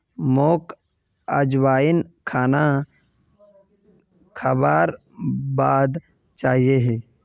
मोक अजवाइन खाना खाबार बाद चाहिए ही